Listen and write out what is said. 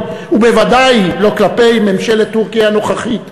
ובוודאי לא כלפי ממשלת טורקיה הנוכחית.